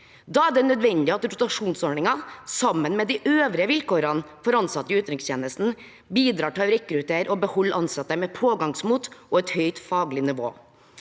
Da er det nødvendig at rotasjonsordningen, sammen med de øvrige vilkårene for ansatte i utenrikstjenesten, bidrar til å rekruttere og beholde ansatte med pågangsmot og et høyt faglig nivå.